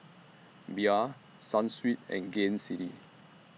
Bia Sunsweet and Gain City